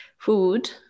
Food